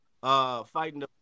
fighting